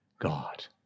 God